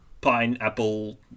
Pineapple